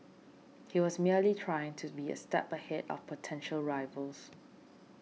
he was merely trying to be a step ahead of potential rivals